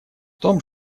том